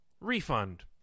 refund